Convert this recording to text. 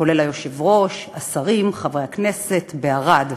כולל היושב-ראש, השרים, חברי הכנסת, בערד.